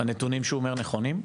הנתונים שהוא אומר נכונים?